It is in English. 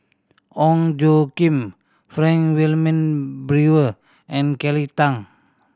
Ong Tjoe Kim Frank Wilmin Brewer and Kelly Tang